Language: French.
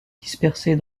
dispersées